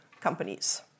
companies